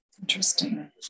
Interesting